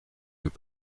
deux